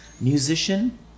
musician